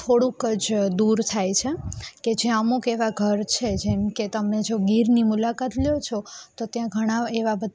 થોડુંક જ દૂર થાય છે કે જ્યાં અમુક એવા ઘર છે જેમકે તમે જો ગીરની મુલાકાત લ્યો છો તો ત્યાં ઘણાં એવા